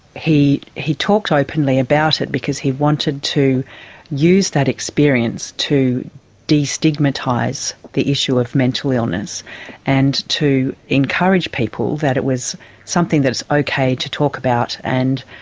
he he talked openly about it because he wanted to use that experience to de-stigmatise the issue of mental illness and to encourage people that it was something that was okay to talk about and